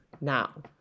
now